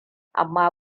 amma